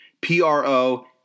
P-R-O